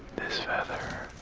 this feather